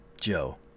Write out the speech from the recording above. Joe